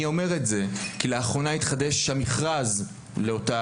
אני אומר את זה כי לאחרונה התחדש המכרז לאותה